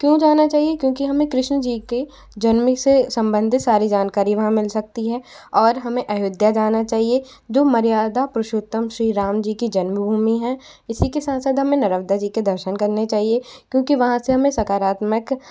क्यों जाना चाहिए क्योंकि हमें कृष्ण जी के जन्म से सम्बंधित सारी जानकारी वहाँ मिल सकती है और हमें अयोध्या जाना चाहिए जो मर्यादा पुरुषोत्तम श्री राम जी की जन्म भूमि है इसी के संसद हमें नरवदा जी के दर्शन करने चाहिये क्योंकि वहाँ से हमें सकारात्मक